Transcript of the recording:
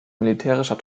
militärischer